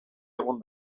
egon